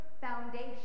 foundation